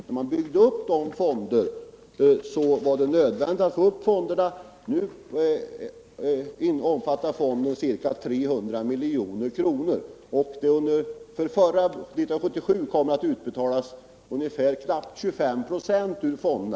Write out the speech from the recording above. Det var nödvändigt att bygga upp en fond för skördeskadeskydd, men nu omfattar fonden ca 300 milj.kr., och för 1977 utbetalades knappt 25 26 av medlen.